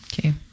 Okay